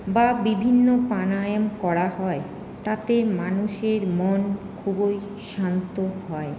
বা বিভিন্ন প্রাণায়াম করা হয় তাতে মানুষের মন খুবই শান্ত হয়